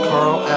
Carl